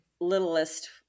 littlest